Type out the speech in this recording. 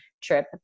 trip